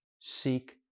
seek